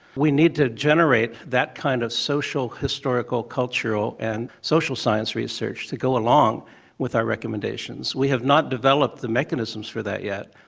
we need to generate that kind of social, historical, cultural and social science research to go along with our recommendations. we have not developed the mechanisms for that yet,